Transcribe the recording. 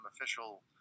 official